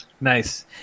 Nice